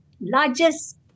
largest